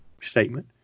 statement